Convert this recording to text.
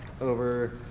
over